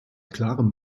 klarem